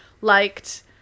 liked